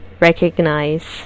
recognize